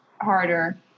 harder